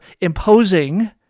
imposing